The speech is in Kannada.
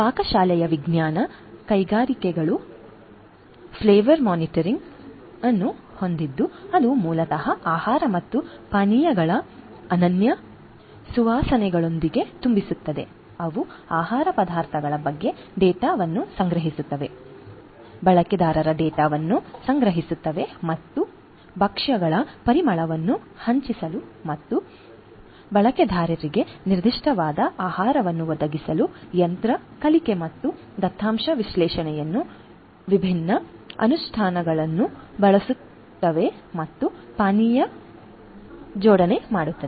ಪಾಕಶಾಲೆಯ ವಿಜ್ಞಾನ ಕೈಗಾರಿಕೆಗಳು ಫ್ಲೇವರ್ ಮ್ಯಾಟ್ರಿಕ್ಸ್ ಅನ್ನು ಹೊಂದಿದ್ದು ಅದು ಮೂಲತಃ ಆಹಾರ ಮತ್ತು ಪಾನೀಯಗಳನ್ನು ಅನನ್ಯ ಸುವಾಸನೆಗಳೊಂದಿಗೆ ತುಂಬಿಸುತ್ತದೆ ಅವು ಆಹಾರ ಪದಾರ್ಥಗಳ ಬಗ್ಗೆ ಡೇಟಾವನ್ನು ಸಂಗ್ರಹಿಸುತ್ತವೆ ಬಳಕೆದಾರರ ಡೇಟಾವನ್ನು ಸಂಗ್ರಹಿಸುತ್ತವೆ ಮತ್ತು ಭಕ್ಷ್ಯಗಳ ಪರಿಮಳವನ್ನು ಹೆಚ್ಚಿಸಲು ಮತ್ತು ಬಳಕೆದಾರರಿಗೆ ನಿರ್ದಿಷ್ಟವಾದ ಆಹಾರವನ್ನು ಒದಗಿಸಲು ಯಂತ್ರ ಕಲಿಕೆ ಮತ್ತು ದತ್ತಾಂಶ ವಿಶ್ಲೇಷಣೆಯ ವಿಭಿನ್ನ ಅನುಷ್ಠಾನಗಳನ್ನು ಬಳಸುತ್ತವೆ ಮತ್ತು ಪಾನೀಯ ಜೋಡಣೆ ಮಾಡುತದೆ